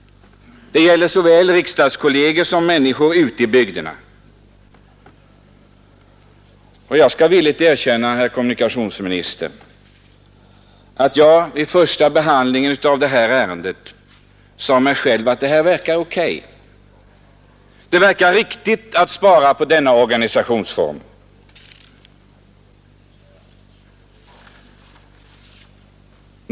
Det gäller såväl riksdagskolleger som människor ute i bygderna. Jag skall villigt erkänna, herr kommunikationsminister, att jag vid första behandlingen av detta ärende sade mig själv att det här är O.K. Det verkar riktigt att spara och rationalisera genom denna organisationsform.